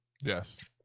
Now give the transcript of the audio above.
Yes